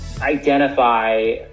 identify